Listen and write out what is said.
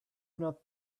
not